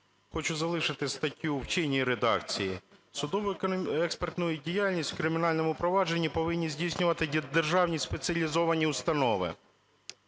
хочу залишити статтю в чинній редакції. Судову експертну діяльність в кримінальному впровадженні повинні здійснювати державні спеціалізовані установи.